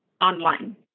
online